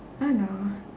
I don't know